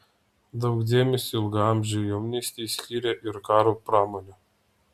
daug dėmesio ilgaamžei jaunystei skiria ir karo pramonė